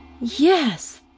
Yes